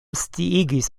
sciigis